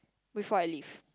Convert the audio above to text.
before I leave